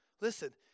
listen